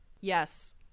Yes